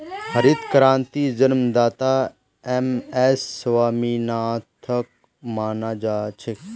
हरित क्रांतिर जन्मदाता एम.एस स्वामीनाथनक माना जा छे